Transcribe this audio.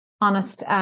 honest